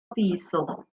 ddiesel